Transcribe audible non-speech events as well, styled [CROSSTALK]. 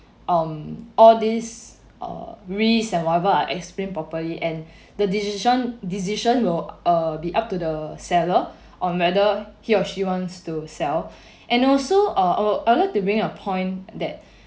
um all this err risk and whatever are explained properly and [BREATH] the decision decision will uh be up to the seller on whether he or she wants to sell [BREATH] and also uh I would I'd like to bring a point that